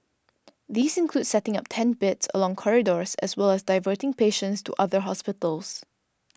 these include setting up tent beds along corridors as well as diverting patients to other hospitals